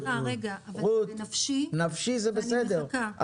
רגע, זה בנפשי --- נפשי זה בסדר.